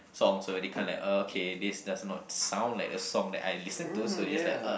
song so they kind of like okay this does not sound like the song I listen to so they just like uh